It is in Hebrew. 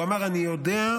והוא אמר: אני יודע,